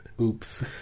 Oops